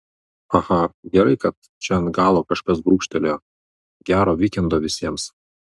aha gerai kad čia ant galo kažkas brūkštelėjo gero vykendo visiems